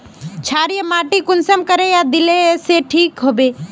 क्षारीय माटी कुंसम करे या दिले से ठीक हैबे?